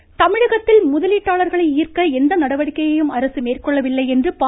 ராமதாஸ் தமிழகத்தில் முதலீட்டாளர்களை ஈர்க்க எந்த நடவடிக்கையையும் அரசு மேற்கொள்ளவில்லை என்று பா